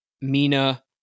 Mina